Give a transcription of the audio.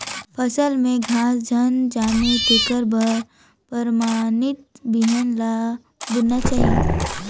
फसल में घास झन जामे तेखर बर परमानित बिहन ल बुनना चाही